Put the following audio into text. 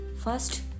first